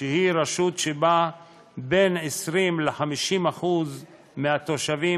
שהיא רשות שבה בין 20% ל-50% מהתושבים